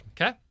Okay